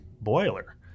boiler